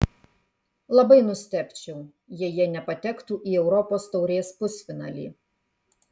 labai nustebčiau jei jie nepatektų į europos taurės pusfinalį